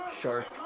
Shark